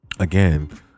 again